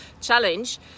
challenge